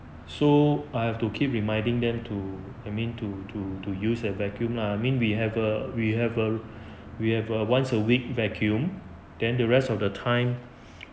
so I have to keep reminding them to I mean to to to use a vacuum lah mean we have uh we have uh we have a once a week vacuum than the rest of the time